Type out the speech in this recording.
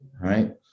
Right